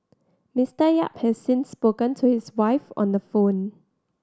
Mister Yap has since spoken to his wife on the phone